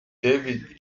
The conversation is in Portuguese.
teve